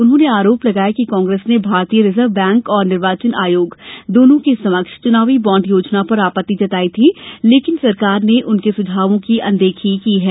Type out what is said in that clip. उन्होंने आरोप लगाया कि कांग्रेस ने भारतीय रिजर्व बैंक और निर्वाचन आयोग दोनों के समक्ष चुनावी बांड योजना पर आपत्ति जताई थी लेकिन सरकार ने उनके सुझावों की अनदेखी की है